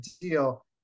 deal